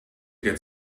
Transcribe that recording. get